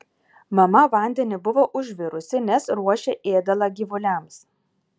mama vandenį buvo užvirusi nes ruošė ėdalą gyvuliams